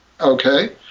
Okay